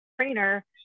trainer